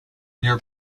near